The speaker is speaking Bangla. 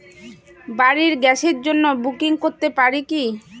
বাড়ির গ্যাসের জন্য বুকিং করতে পারি কি?